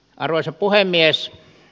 arvoisa puhemies